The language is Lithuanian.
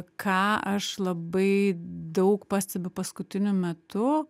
ką aš labai daug pastebiu paskutiniu metu